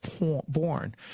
born